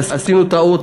עשינו טעות,